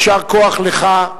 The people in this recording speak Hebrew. יישר כוח לך,